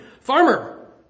Farmer